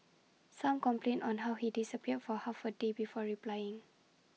some complained on how he disappeared for half A day before replying